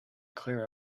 clear